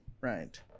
Right